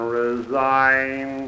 resign